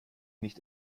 nicht